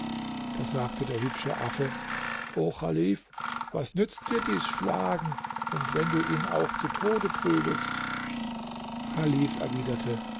da sagte der hübsche affe o chalif was nützt dir dies schlagen und wenn du ihn auch zu tode prügelst chalif erwiderte